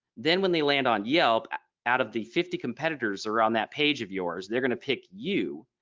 then when they land on yelp out of the fifty competitors around that page of yours they're going to pick you.